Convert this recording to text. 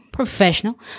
professional